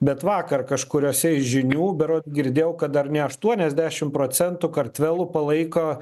bet vakar kažkuriose iš žinių berod girdėjau kad ar ne aštuoniasdešim procentų kartvelų palaiko